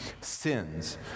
sins